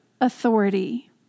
authority